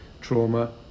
trauma